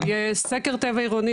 יהיה סקר טבע עירוני,